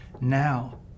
now